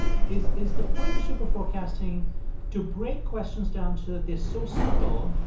is is the point of superforecasting to break questions down so that they're so simple,